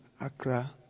Accra